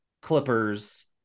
Clippers